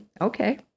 okay